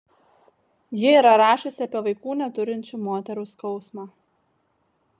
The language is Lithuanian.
ji yra rašiusi apie vaikų neturinčių moterų skausmą